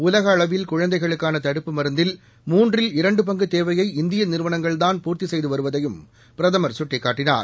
உலகஅளவில் குழந்தைகளுக்கானதடுப்பு மருந்தில் மூன்றில் இரண்டுபங்குதேவையை இந்தியநிறுவனங்கள்தான் பூர்த்திசெய்துவருவதையும் பிரதமர் சுட்டிக்காட்டினார்